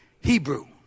Hebrew